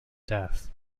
death